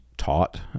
taught